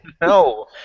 No